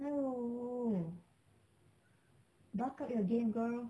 hello buck up your game girl